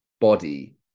body